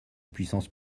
puissance